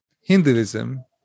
Hinduism